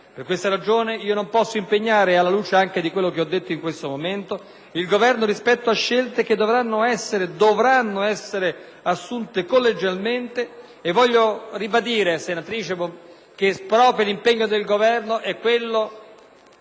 per questa ragione non posso impegnare, alla luce anche di quello che ho appena detto, il Governo rispetto a scelte che dovranno essere assunte collegialmente. Voglio ribadire che l'impegno del Governo su questo